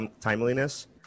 timeliness